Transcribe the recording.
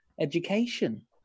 education